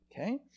Okay